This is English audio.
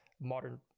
modern